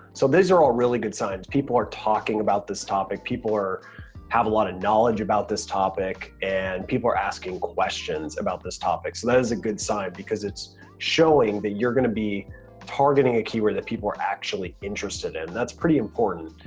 so these are all really good signs. people are talking about this topic. people have a lot of knowledge about this topic and people are asking questions about this topic. so that is a good sign because it's showing that you're gonna be targeting a keyword that people are actually interested in. that's pretty important.